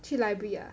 去 library ah